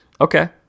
okay